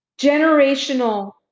generational